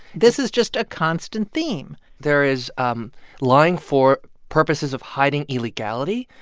this is just a constant theme there is um lying for purposes of hiding illegality.